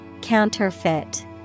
Counterfeit